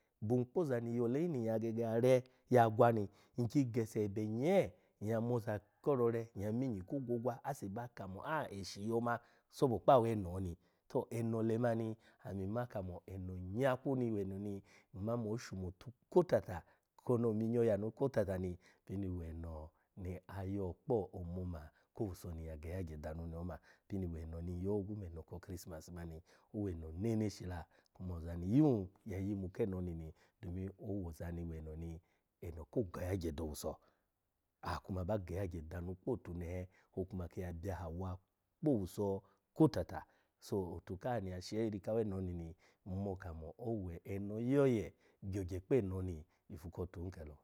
Bun kpo ozani yo ole hin ni nyya re yagwa ni nki gese ebe nye nyya moza ko rore nyya minyi ko gwogwa ase ba kamo a-eshi yoma sobo kpa aweno ni. To eno lemani ami ma kamo eno nyakwu ni nma mo oshumotu otata koni ominyo yanu kotata ni pini weno ni ayo kpo omoma ko owuso ni nyya geyagye danu ni oma pini weno ni nyyo ogwu meno ko o christmas mani oweno neneshi la kuma ozani yun ya yimu kino ni ni domin owozani weno ko geya gye do owuso. Aha kuma ba geyagye danu kpo otunehe okuma kiya byaha wa kpo owuso kotata, so out kaha ni ya shehe iri kaweno ni nmo kamo owe eno oyoye gyogye kpe eno ni ifu kotu hin kelo.